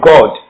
God